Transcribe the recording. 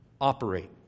operate